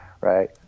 right